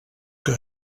que